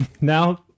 now